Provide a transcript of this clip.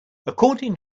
according